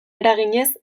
eraginez